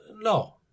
No